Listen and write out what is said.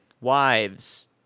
Wives